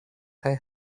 kaj